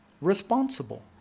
responsible